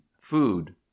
food